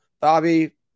Bobby